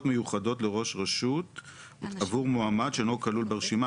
מיוחדות לראש רשות עבור מועמד שלא כלול ברשימה.